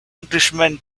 englishman